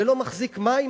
זה לא מחזיק מים,